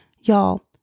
Y'all